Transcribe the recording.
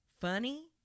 funny